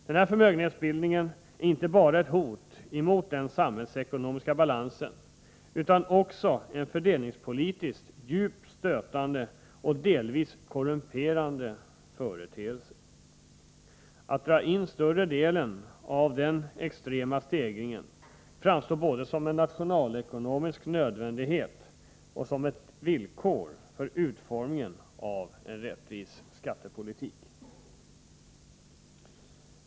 Denna förmögenhetsbildning är inte bara ett hot mot den samhällsekonomiska balansen utan också en fördelningspolitiskt djupt stötande och delvis korrumperande företeelse. Att dra in större delen av den extrema stegringen framstår både som en nationalekonomisk nödvändighet och som ett villkor för utformningen av en rättvis skattepolitik.